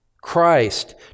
Christ